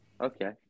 Okay